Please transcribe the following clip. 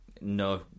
no